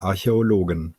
archäologen